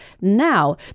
now